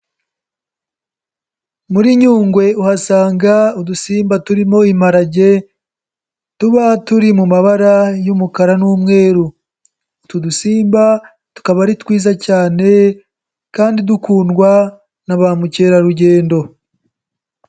Muri Nyungwe uhasanga udusimba turimo imparage tuba turi mu mabara y'umukara n'umweru, utu dusimba tukaba ari twiza cyane kandi dukundwa na ba mukerarugendo.